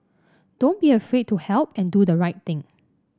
don't be afraid to help and do the right thing